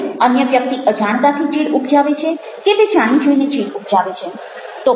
શું અન્ય વ્યક્તિ અજાણતાથી ચીડ ઉપજાવે છે કે તે જાણી જોઈને ચીડ ઉપજાવે છે